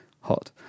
hot